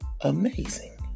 amazing